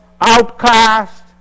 outcast